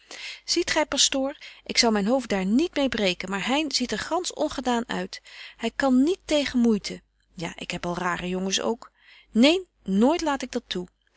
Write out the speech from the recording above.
ziet gy pastoor ik zou myn hoofd daar niet meê breken maar hein ziet er gansch ongedaan uit hy kan niet tegen moeite ja ik heb al rare jongens ook neen nooit laat ik dat toe